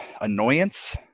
annoyance